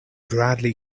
bradley